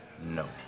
No